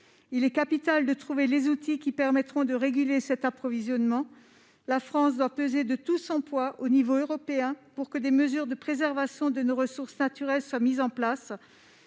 Il est capital de trouver les outils qui permettront de réguler cet approvisionnement. La France doit peser de tout son poids au niveau européen pour que des mesures de préservation de nos ressources naturelles soient mises en place,